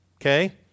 Okay